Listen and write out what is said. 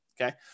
Okay